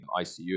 ICU